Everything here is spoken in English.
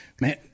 Man